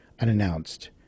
unannounced